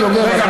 רגע,